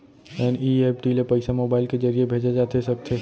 NEFT ले पइसा mobile के ज़रिए भेजे जाथे सकथे?